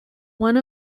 one